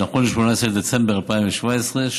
נכון ל-18 בדצמבר 2017,